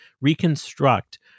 reconstruct